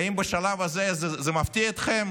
האם בשלב הזה זה מפתיע אתכם?